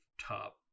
top